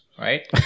right